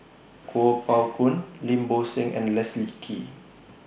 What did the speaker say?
Kuo Pao Kun Lim Bo Seng and Leslie Kee